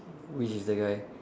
which is the guy